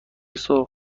سرخ